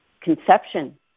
Conception